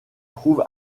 trouve